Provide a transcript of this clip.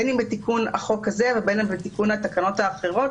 בין אם בתיקון החוק הזה ובין אם בתיקון התקנות האחרות